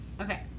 Okay